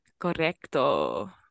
Correcto